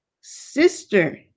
sister